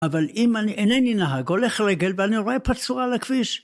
אבל אם אני אינני נהג, הולך רגל ואני רואה פצוע על הכביש.